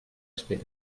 espera